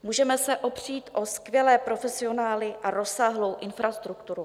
Můžeme se opřít o skvělé profesionály a rozsáhlou infrastrukturu.